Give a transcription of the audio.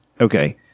okay